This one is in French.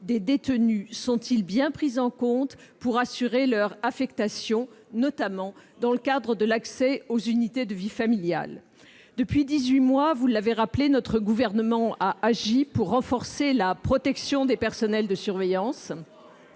des détenus sont-ils bien pris en compte pour assurer leur affectation, notamment dans le cadre de l'accès aux unités de vie familiale ? Depuis dix-huit mois, vous l'avez rappelé, monsieur le sénateur, notre gouvernement a agi pour renforcer la protection des personnels de surveillance.